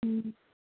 ꯎꯝ